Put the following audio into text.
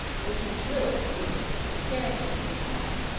which he threw at the creatures to scare them from the path.